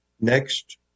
next